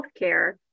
healthcare